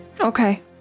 Okay